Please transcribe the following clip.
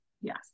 yes